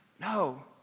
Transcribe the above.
No